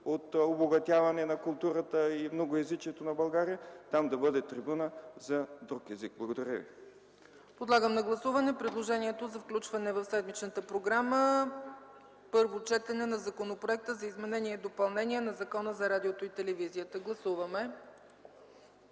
от обогатяване на културата и многоезичието на България – там да бъде трибуна за друг език. Благодаря ви. ПРЕДСЕДАТЕЛ ЦЕЦКА ЦАЧЕВА: Подлагам на гласуване предложението за включване в седмичната програма на първо четене на Законопроекта за изменение и допълнение на Закона за радиото и телевизията. Гласували